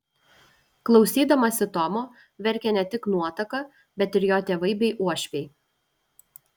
klausydamasi tomo verkė ne tik nuotaka bet ir jo tėvai bei uošviai